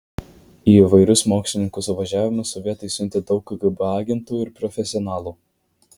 į įvairius mokslininkų suvažiavimus sovietai siuntė daug kgb agentų ir profesionalų